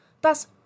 Thus